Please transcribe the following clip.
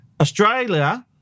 Australia